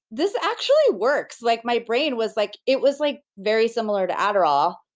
this actually works. like my brain was like. it was like very similar to adderall,